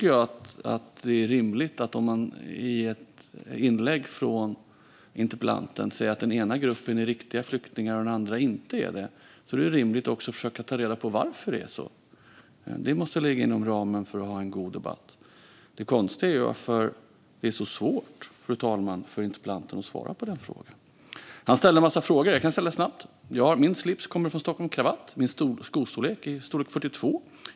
Jag tycker att om interpellanten säger att den ena gruppen är riktiga flyktingar och den andra inte är det så är det rimligt att försöka ta reda på varför det är så. Det måste ligga inom ramen för att ha en god debatt. Fru talman! Det konstiga är varför det är så svårt för interpellanten att svara på den frågan. Han ställde en massa frågor. Jag kan svara snabbt. Min slips kommer från Stockholm Kravatt. Min skostorlek är 42.